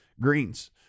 greens